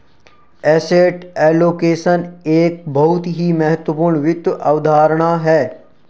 asset allocation एक बहुत ही महत्वपूर्ण वित्त अवधारणा है